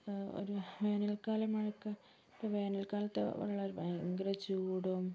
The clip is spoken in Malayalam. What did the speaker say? ഒരു വേനൽക്കാല മഴയ്ക്ക് ഒരു വേനൽക്കാലത്തെ വെള്ളമെല്ലാം ഭയങ്കര ചൂടും